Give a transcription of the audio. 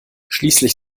schließlich